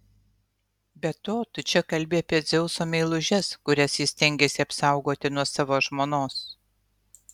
be to tu čia kalbi apie dzeuso meilužes kurias jis stengėsi apsaugoti nuo savo žmonos